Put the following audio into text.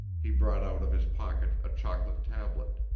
he brought out of his pocket a chocolate tablet.